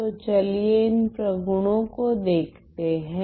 तो चलिए इन प्रगुणों को देखते हैं